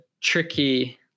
tricky